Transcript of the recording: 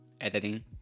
Editing